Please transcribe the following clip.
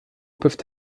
peuvent